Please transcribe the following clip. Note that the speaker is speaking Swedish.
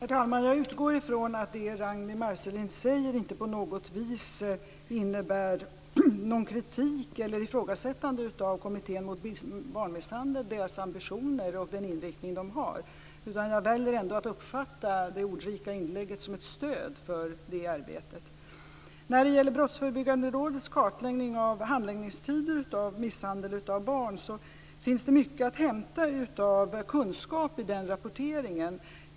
Herr talman! Jag utgår från att det Ragnwi Marcelind säger inte på något vis innebär någon kritik eller något ifrågasättande av Kommittén mot barnmisshandel, dess ambitioner och de riktlinjer den har. Jag väljer att uppfatta det ordrika inlägget som ett stöd för det arbetet. När det gäller Brottsförebyggande rådets kartläggning av handläggningstider av misshandel av barn, finns det mycket att hämta av kunskap i den rapporteringen.